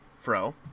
fro